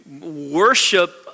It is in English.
worship